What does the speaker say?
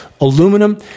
aluminum